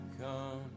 come